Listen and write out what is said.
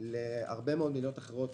להרבה מאוד מדינות אחרות,